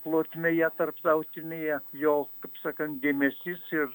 plotmėje tarptautinėje jo kaip sakant dėmesys ir